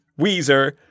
Weezer